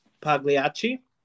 Pagliacci